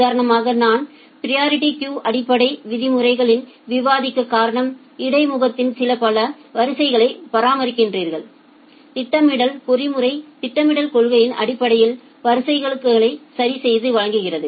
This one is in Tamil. உதாரணமாக நான் பிரியரிட்டி கியு அடிப்படை விதிமுறைகளில் விவாதிக்க காரணம் இடைமுகத்தில் நீங்கள் பல வரிசைகளை பராமரிக்கிறீர்கள் திட்டமிடல் பொறிமுறை திட்டமிடல் கொள்கையின் அடிப்படையில் வரிசைப்படுத்துதல்களை சரி செய்து வழங்குகிறது